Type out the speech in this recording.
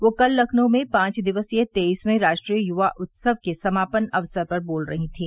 वह कल लखनऊ में पांच दिवसीय तेईसवें राष्ट्रीय यूवा उत्सव के समापन अवसर पर बोल रही थी